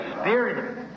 Spirit